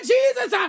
Jesus